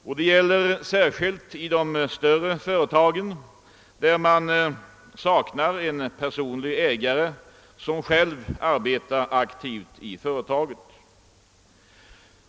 Detta gäller särskilt de större företagen där man saknar en personlig ägare som själv arbetar aktivt i företaget.